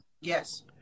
yes